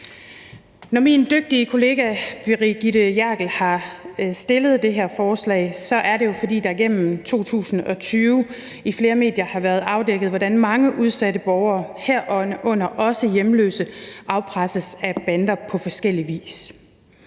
Når min dygtige kollega Brigitte Klintskov Jerkel har fremsat det her forslag, er det jo, fordi det gennem 2020 i flere medier har været afdækket, hvordan mange udsatte borgere, herunder også hjemløse, afpresses af bander på forskellig vis.